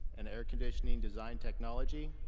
and air conditioning design technology,